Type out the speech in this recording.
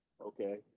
okay